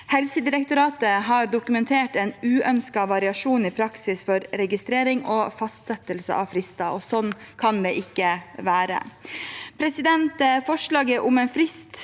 Helsedirektoratet har dokumentert en uønsket variasjon i praksis for registrering og fastsettelse av frister, og sånn kan det ikke være. Forslaget vil